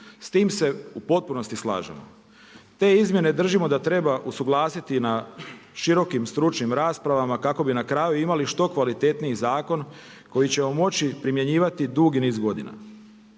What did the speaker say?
S tim se u potpunosti slažemo. Te izmjene držimo da treba usuglasiti na širokim stručnim raspravama kako bi na kraju imali što kvalitetniji zakon koji ćemo moći primjenjivati dugi niz godina.